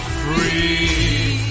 free